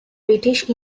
british